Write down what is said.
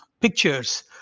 pictures